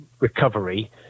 recovery